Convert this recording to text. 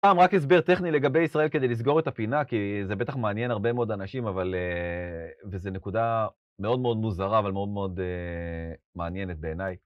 פעם, רק הסבר טכני לגבי ישראל כדי לסגור את הפינה, כי זה בטח מעניין הרבה מאוד אנשים, אבל א… וזו נקודה מאוד מאוד מוזרה, אבל מאוד מאוד מעניינת בעיניי.